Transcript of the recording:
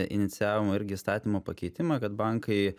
iniciavome irgi įstatymo pakeitimą kad bankai